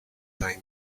time